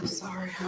sorry